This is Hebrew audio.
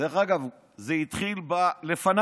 דרך אגב, זה התחיל לפניי,